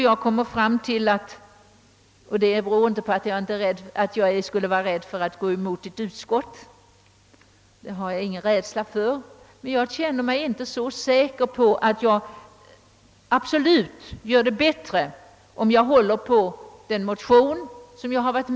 Jag känner mig inte säker på att jag handlar bäst genom att yrka bifall till den motion som jag själv varit med om att väcka, och detta beror inte på att jag är rädd för att gå emot en utskottsmajoritet.